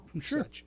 Sure